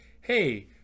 hey